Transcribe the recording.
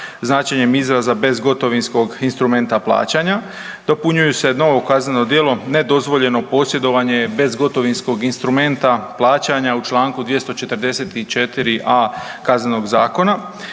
značenjem izraza bezgotovinskog instrumenta plaćanja dopunjuju se novo kazneno djelo nedozvoljeno posjedovanje bezgotovinskog instrumenta plaćanja u čl. 244.a Kaznenog zakona.